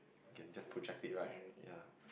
can just protract it right ya